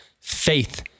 faith